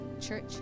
church